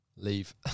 leave